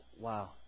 Wow